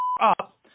up